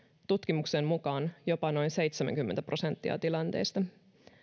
tutkimuksen mukaan jopa noin seitsemänkymmentä prosenttia tilanteista